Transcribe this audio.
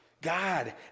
God